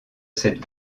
cette